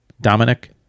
Dominic